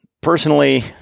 personally